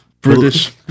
British